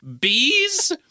bees